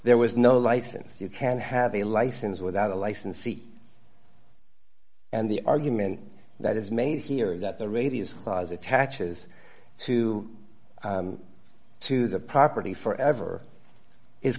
there was no license you can have a license without a license see and the argument that is made here is that the radius of laws attaches to to the property forever is